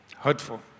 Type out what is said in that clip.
hurtful